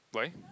why